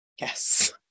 yes